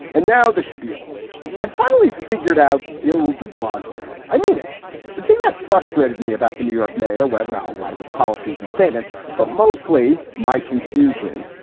and now the spiel i've finally figured out, bill de blasio. i mean, it the thing that frustrated me about the new york mayor was, wow. a lot of his policies and statements, but mostly my confusion.